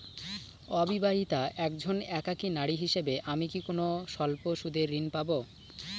অবিবাহিতা একজন একাকী নারী হিসেবে আমি কি কোনো স্বল্প সুদের ঋণ পাব?